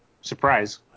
Surprise